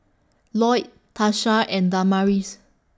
Loyd Tasha and Damaris